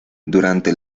durante